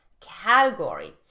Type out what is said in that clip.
category